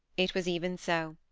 it was even so.